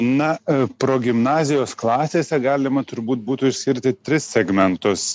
na progimnazijos klasėse galima turbūt būtų išskirti tris segmentus